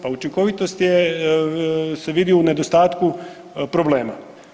Pa učinkovitost se vidi u nedostatku problema.